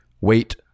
wait